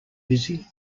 busy